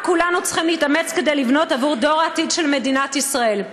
כולנו צריכים להתאמץ כדי לבנות עבור דור העתיד של מדינת ישראל.